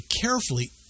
carefully